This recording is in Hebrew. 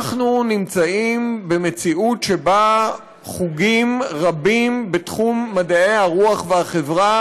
אנחנו נמצאים במציאות שבה חוגים רבים בתחום מדעי הרוח והחברה